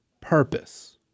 purpose